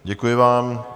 Děkuji vám.